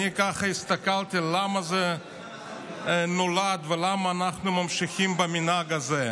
אני ככה הסתכלתי למה זה נולד ולמה אנחנו ממשיכים במנהג הזה.